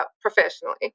professionally